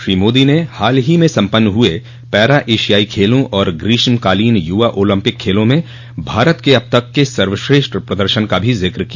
श्री मोदी ने हाल ही में सम्पन्न हुए पैरा एशियाई खेलों और ग्रीष्मकालीन युवा ओलम्पिक खेलों म भारत के अब तक के सर्वश्रेष्ठ प्रदर्शन का भी जिक्र किया